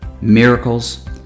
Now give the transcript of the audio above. miracles